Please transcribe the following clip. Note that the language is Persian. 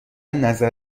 نظر